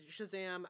Shazam